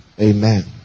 Amen